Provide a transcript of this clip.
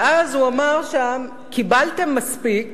ואז הוא אמר שם: קיבלתם מספיק,